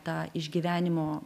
tą išgyvenimo